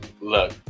Look